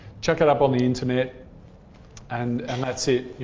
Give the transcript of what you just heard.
chuck it up on the internet and and that's it,